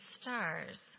stars